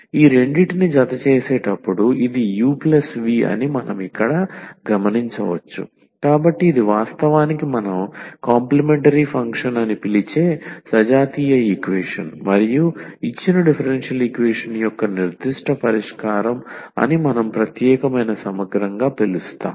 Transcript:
ఈ రెండింటిని జతచేసేటప్పుడు ఇది uv అని మనం ఇక్కడ గమనించవచ్చు కాబట్టి ఇది వాస్తవానికి మనం కాంప్లిమెంటరీ ఫంక్షన్ అని పిలిచే సజాతీయ ఈక్వేషన్ మరియు ఇచ్చిన డిఫరెన్షియల్ ఈక్వేషన్ యొక్క నిర్దిష్ట పరిష్కారం అని మనం ప్రత్యేకమైన సమగ్రంగా పిలుస్తాము